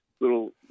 little